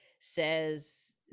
says